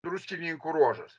druskininkų ruožas